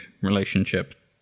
relationship